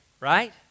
right